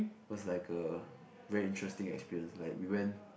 was like a very interesting experience like we went